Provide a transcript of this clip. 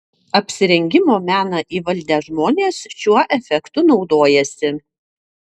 apsirengimo meną įvaldę žmonės šiuo efektu naudojasi